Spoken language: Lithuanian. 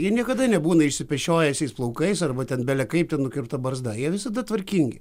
jie niekada nebūna išsipešiojusiais plaukais arba ten bele kaip ten nukirpta barzda jie visada tvarkingi